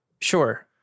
sure